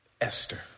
Esther